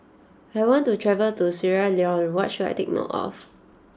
I want to travel to Sierra Leone what should I take note of